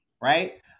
right